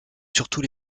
surtout